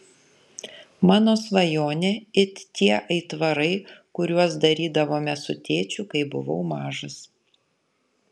mano svajonė it tie aitvarai kuriuos darydavome su tėčiu kai buvau mažas